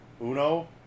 Uno